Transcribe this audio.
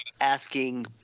asking